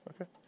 okay